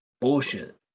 Bullshit